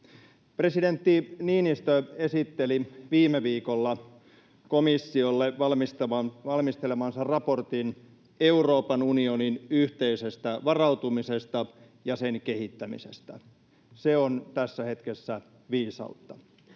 Presidentti Niinistö esitteli viime viikolla komissiolle valmistelemansa raportin Euroopan unionin yhteisestä varautumisesta ja sen kehittämisestä. Se on tässä hetkessä viisautta.